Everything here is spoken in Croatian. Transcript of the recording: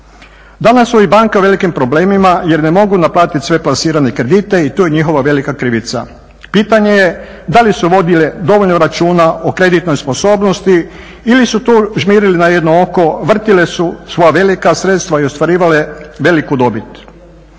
Danas … banka u velikim problemima jer ne mogu naplatiti sve plasirane kredite i to je njihova velika krivica. Pitanje je da li su vodile dovoljno računa o kreditnoj sposobnosti ili su tu žmirili na jedno oko, vrtile su svoja velika sredstva i ostvarivale veliku dobit.